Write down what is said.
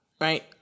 right